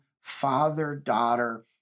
father-daughter